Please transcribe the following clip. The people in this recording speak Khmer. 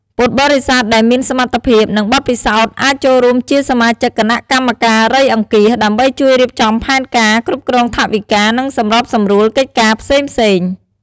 ពុទ្ធបរិស័ទដែលមានសមត្ថភាព និងបទពិសោធន៍ អាចចូលរួមជាសមាជិកគណៈកម្មការរៃអង្គាស ដើម្បីជួយរៀបចំផែនការ គ្រប់គ្រងថវិកា និងសម្របសម្រួលកិច្ចការផ្សេងៗ។